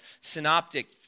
synoptic